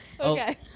okay